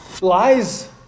Lies